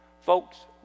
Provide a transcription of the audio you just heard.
Folks